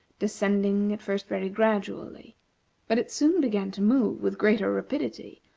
descending at first very gradually but it soon began to move with greater rapidity,